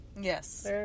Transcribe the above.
Yes